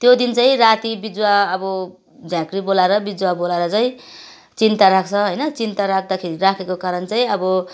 त्यो दिन चाहि राति बिजुवा अब झाँक्री बोलाएर बिजुवा बोलाएर चाहिँ चिन्ता राख्छ होइन चिन्ता राख्दाखेरि राखेको कारण चाहिँ अब